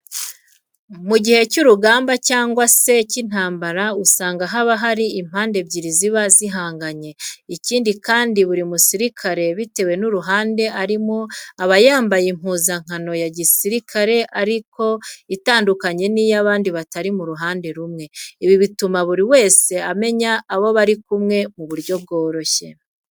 Mu gihe cy'urugamba cyangwa se cy'intambara usanga haba hari impande ebyiri ziba zihanganye. Ikindi kandi, buri musirikare bitewe n'uruhande arimo aba yambaye impuzankano ya gisirikare ariko itandukanye n'iy'abandi batari mu ruhande rumwe. Ibi bituma buri wese amenya abo bari kumwe mu buryo bworoshye